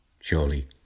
Surely